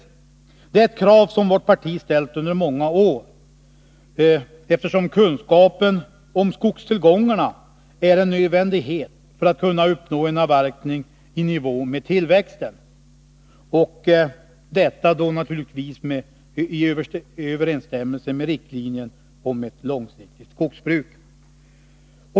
Det är ett krav som vårt parti ställt under många år, eftersom kunskapen om skogstillgångarna är en nödvändighet för att vi skall kunna uppnå en avverkning i nivå med tillväxten, och detta är då naturligtvis i överensstämmelse med riktlinjerna beträffande ett långsiktigt skogsbruk.